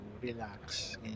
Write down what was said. Relax